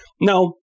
No